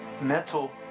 mental